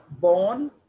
born